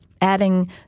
adding